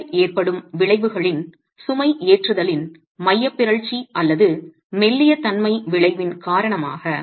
சுவரில் ஏற்படும் விளைவுகளில் சுமைஏற்றுதலின் மையப் பிறழ்ச்சி அல்லது மெல்லிய தன்மை விளைவின் காரணமாக